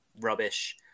rubbish